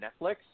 Netflix